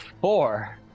four